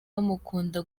bamukunda